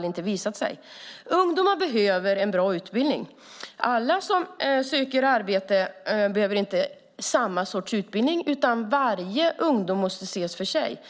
det inte visat sig. Ungdomar behöver en bra utbildning. Alla som söker arbete behöver inte samma utbildning. Varje ungdom måste ses för sig.